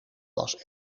was